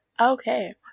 Okay